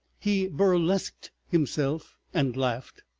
he burlesqued himself, and laughed.